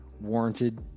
warranted